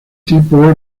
tipo